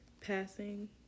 passing